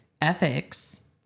ethics